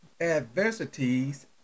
adversities